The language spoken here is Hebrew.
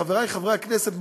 חברי חברי הכנסת,